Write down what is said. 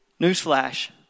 newsflash